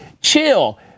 Chill